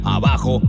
abajo